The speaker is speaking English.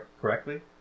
correctly